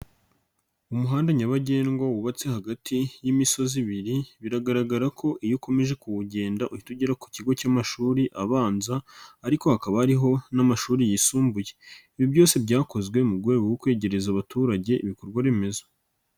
Umuhanda nyabagendwa wubatse hagati y'imisozi ibiri biragaragara ko iyo ukomeje kuwugenda uhita ugera ku kigo cy'amashuri abanza ariko hakaba ariho n'amashuri yisumbuye, ibi byose byakozwe mu rwego rwo kwegereza abaturage ibikorwaremezo.